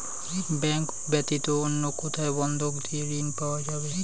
Bank ব্যাতীত অন্য কোথায় বন্ধক দিয়ে ঋন পাওয়া যাবে?